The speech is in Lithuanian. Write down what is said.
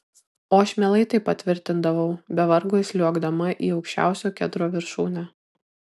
o aš mielai tai patvirtindavau be vargo įsliuogdama į aukščiausio kedro viršūnę